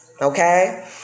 Okay